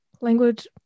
language